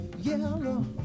yellow